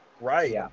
Right